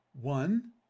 One